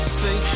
say